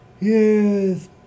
Yes